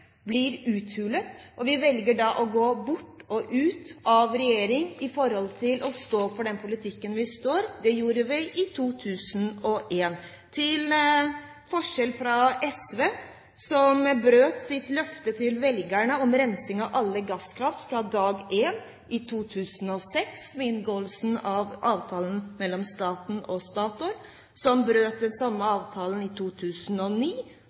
blir uthulet, er Kristelig Folkeparti handlingskraftige også. Vi valgte da å gå ut av regjering for å stå for politikken vår. Det gjorde vi i 2001, til forskjell fra SV, som brøt sitt løfte til velgerne om rensing av alle gasskraftverk fra dag én, da de i 2006 inngikk avtalen mellom staten og Statoil. De brøt den samme avtalen i 2009,